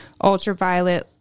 ultraviolet